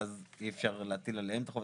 ואז אי אפשר להטיל עליהם את החובה.